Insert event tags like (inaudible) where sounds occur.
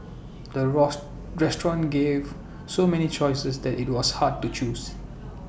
the (unintelligible) restaurant gave so many choices that IT was hard to choose